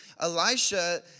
Elisha